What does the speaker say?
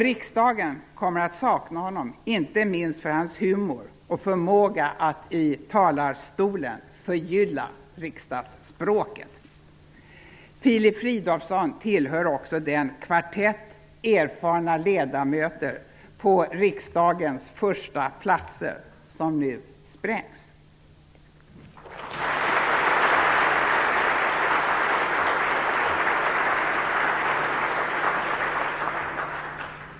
Riksdagen kommer att sakna Filip Fridolfsson, inte minst för hans humor och förmåga att i talarstolen förgylla riksdagsspråket. Filip Fridolfsson tillhör också den kvartett erfarna ledamöter på riksdagens första platser som nu sprängs.